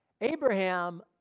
Abraham